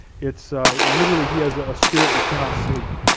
it's literally, he has a spirit that cannot sleep.